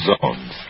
zones